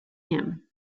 him